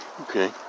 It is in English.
okay